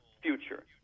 future